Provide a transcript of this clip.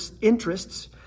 interests